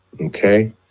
okay